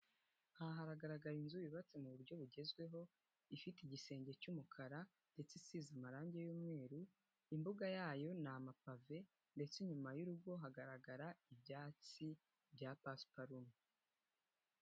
Aha hagaragara inzu yubatse mu buryo bugezweho, ifite igisenge cy'umukara ndetse isize amarangi y'umweru, imbuga yayo ni amapave ndetse inyuma y'urugo hagaragara ibyatsi bya pasiparumu.